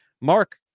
Mark